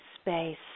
space